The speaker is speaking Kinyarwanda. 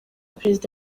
perezida